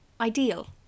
ideal